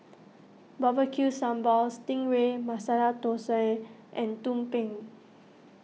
B B Q Sambal Sting Ray Masala Thosai and Tumpeng